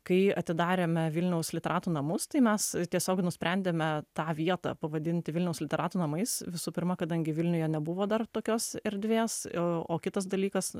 kai atidarėme vilniaus literatų namus tai mes tiesiog nusprendėme tą vietą pavadinti vilniaus literatų namais visų pirma kadangi vilniuje nebuvo dar tokios erdvės o o kitas dalykas